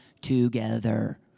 together